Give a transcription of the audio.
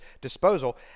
disposal